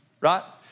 right